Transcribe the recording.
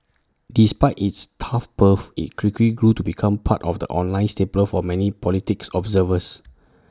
despite its tough birth IT quickly grew to become part of the online staple for many politics observers